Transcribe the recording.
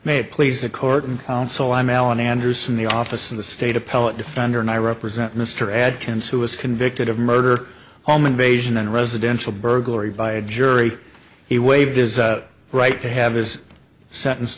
it please the court and counsel i'm alan anderson the office of the state appellate defender and i represent mr adkins who was convicted of murder home invasion and residential burglary by a jury he waived his right to have his sentence